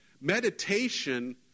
meditation